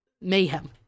mayhem